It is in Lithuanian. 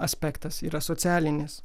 aspektas yra socialinis